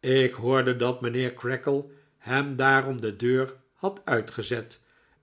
ik hoorde dat mijnheer creakle hem daarom de deur had uitgezet